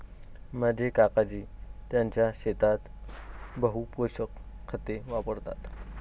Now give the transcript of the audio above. माझे काकाजी त्यांच्या शेतात बहु पोषक खते वापरतात